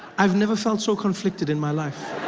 i have never felt so conflicted in my life.